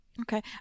Okay